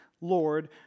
Lord